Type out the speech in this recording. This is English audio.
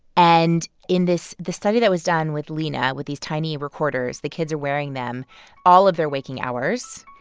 and in this the study that was done with lena with these tiny recorders, the kids are wearing them all of their waking hours.